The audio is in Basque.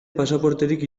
pasaporterik